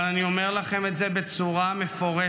אבל אני אומר לכם את זה בצורה מפורשת,